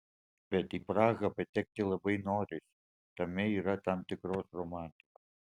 bet į prahą patekti labai norisi tame yra tam tikros romantikos